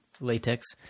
Latex